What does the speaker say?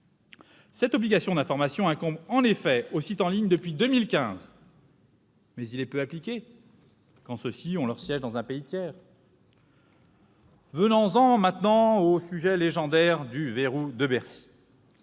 Cette obligation d'information incombe, en effet, aux sites en ligne depuis 2015, mais elle est peu appliquée quand ceux-ci ont leur siège dans un pays tiers. Venons-en maintenant au sujet légendaire du « verrou de Bercy